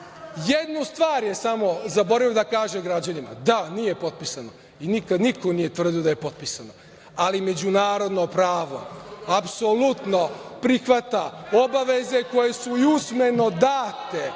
Jednu stvar je samo zaboravio da kaže građanima. Da, nije potpisano i nikad niko nije tvrdio da je potpisano, ali međunarodno pravo apsolutno prihvata obaveze koje su i usmeno date.